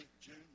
June